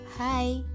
Hi